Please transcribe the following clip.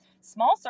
small